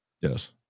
Yes